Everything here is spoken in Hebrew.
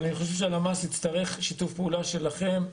אבל אני חושב שהם יצטרכו שיתוף פעולה שלכם.